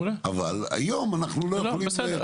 אבל היום אנחנו לא יכולים לעשות את זה.